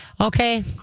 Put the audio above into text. Okay